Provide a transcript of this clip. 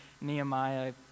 Nehemiah